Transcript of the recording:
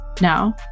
Now